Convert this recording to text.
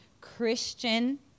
Christian